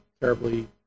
terribly